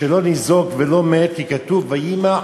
שלא ניזוק ולא מת, כי כתוב: "וימח